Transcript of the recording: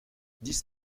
dix